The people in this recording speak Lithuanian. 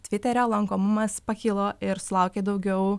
tviterio lankomumas pakilo ir sulaukė daugiau